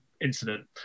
incident